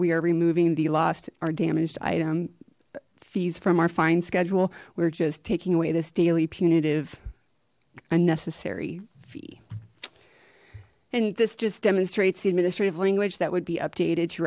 we are removing the lost or damaged item fees from our fine schedule we're just taking away this daily punitive unnecessary fee and this just demonstrates the administrative language that would be updated to